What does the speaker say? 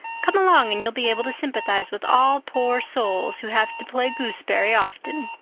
come along, and you'll be able to sympathize with all poor souls who have to play gooseberry often.